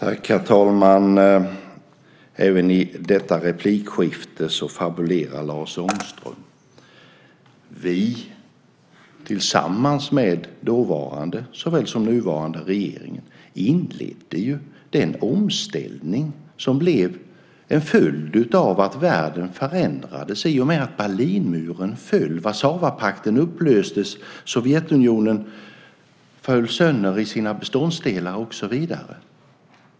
Herr talman! Även i detta replikskifte fabulerar Lars Ångström. Vi inledde tillsammans med dåvarande regering den omställning som blev en följd av att världen förändrades i och med att Berlinmuren föll, Warszawapakten upplöstes och Sovjetunionen föll sönder i sina beståndsdelar och så vidare.